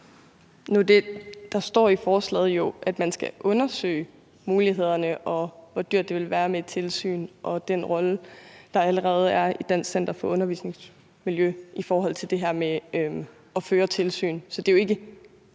Der står jo i forslaget, at man skal undersøge mulighederne, i forhold til hvor dyrt det ville være med et tilsyn, og se på den rolle, der allerede er i Dansk Center for Undervisningsmiljø i forhold til det her med at føre tilsyn.